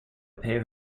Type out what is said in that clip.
pay